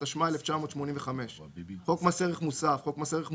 התשמ"ה 1985‏; "חוק מס ערך מוסף" חוק מס ערך מוסף,